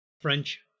French